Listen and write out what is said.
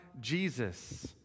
Jesus